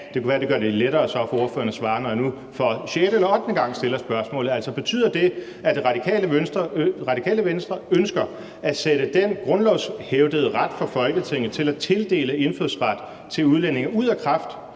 Det kunne så være, at det gør det lettere for ordføreren at svare, når jeg nu for sjette eller ottende gang stiller spørgsmålet, altså om det betyder, at Radikale Venstre ønsker at sætte den grundlovshævdede ret for Folketinget til at tildele indfødsret til udlændinge ud af kraft,